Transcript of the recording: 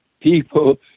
people